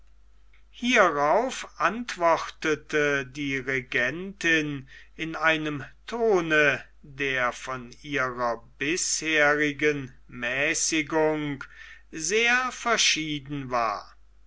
hierauf antwortete die regentin in einem tone der von ihrer bisherigen mäßigung sehr verschieden war